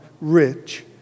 rich